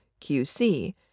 QC